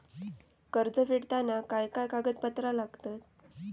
कर्ज फेडताना काय काय कागदपत्रा लागतात?